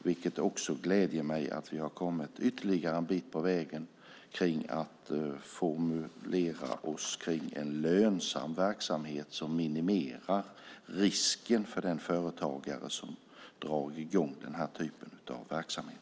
Det gläder mig att vi har kommit ytterligare en bit på vägen för att formulera oss kring en lönsam verksamhet som minimerar risken för den företagare som drar i gång denna typ av verksamhet.